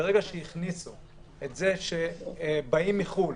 שברגע שהכניסו את זה שבאים מחו"ל,